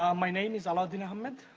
um my name is aladdin ahmad.